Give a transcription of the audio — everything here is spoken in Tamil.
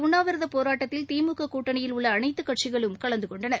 உண்ணாவிரதப்போராட்டத்தில் திமுக கூட்டணியில் உள்ள அனைத்து கட்சிகளும் இந்த கலந்துகொண்டன